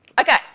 Okay